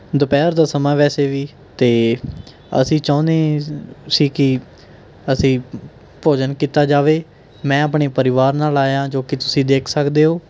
ਦੁਪਹਿਰ ਦਾ ਸਮਾਂ ਵੈਸੇ ਵੀ 'ਤੇ ਅਸੀਂ ਚਾਹੁੰਦੇ ਸੀ ਕੀ ਅਸੀਂ ਭੋਜਨ ਕੀਤਾ ਜਾਵੇ ਮੈਂ ਆਪਣੇ ਪਰਿਵਾਰ ਨਾਲ਼ ਆਇਆ ਜੋ ਕੀ ਤੁਸੀਂ ਦੇਖ ਸਕਦੇ ਓ